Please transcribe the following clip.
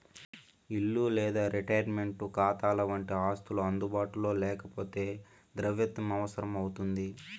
ఇల్లు లేదా రిటైర్మంటు కాతాలవంటి ఆస్తులు అందుబాటులో లేకపోతే ద్రవ్యత్వం అవసరం అవుతుంది